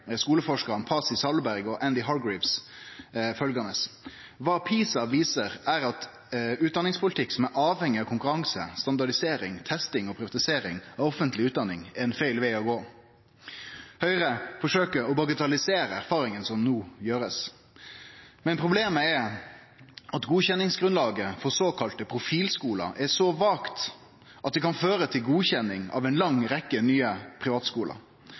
skuleforskarane Pasi Sahlberg og Andy Hargreaves: «Hva PISA viser er at utdanningspolitikk, som er avhengig av konkurranse, standardisering, testing og privatisering av offentlig utdanning, er en feil vei å gå.» Høgre forsøkjer å bagatellisere erfaringa ein no gjer seg. Men problemet er at godkjenningsgrunnlaget for såkalla profilskular er så vagt at det kan føre til godkjenning av ei lang rekkje nye